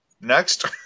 Next